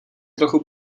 trochu